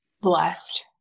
blessed